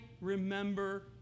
remember